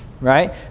Right